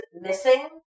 missing